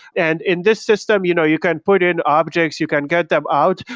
and in this system, you know you can put in objects, you can get them out,